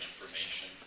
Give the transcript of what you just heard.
Information